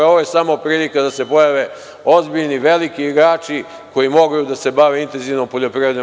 Ovo je samo prilika da se pojave ozbiljni, veliki igrači, koji mogu da se bave intenzivnom poljoprivredom.